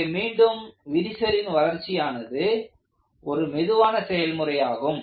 இங்கே மீண்டும் விரிசலின் வளர்ச்சியானது ஒரு மெதுவான செயல்முறையாகும்